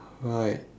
right